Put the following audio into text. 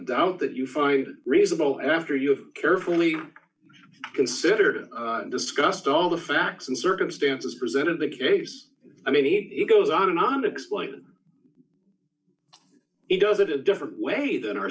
doubt that you find reasonable d after you have carefully considered and discussed all the facts and circumstances presented the case i mean he goes on and on explaining it does it a different way than our